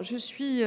Je suis